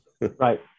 Right